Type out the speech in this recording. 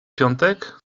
piątek